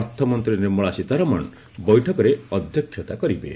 ଅର୍ଥମନ୍ତ୍ରୀ ନିର୍ମଳା ସୀତାରମଣ ବୈଠକରେ ଅଧ୍ୟକ୍ଷତା କରିବେ